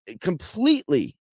completely